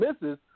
misses